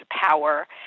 power